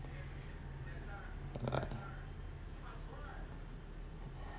right